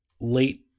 late